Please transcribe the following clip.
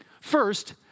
First